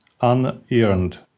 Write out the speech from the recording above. unearned